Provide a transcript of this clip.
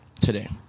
today